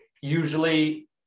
Usually